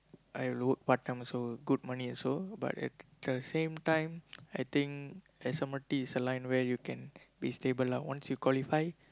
I work part-time also good money also but at the same time I think S_M_R_T is a line where you can be stable lah once you qualify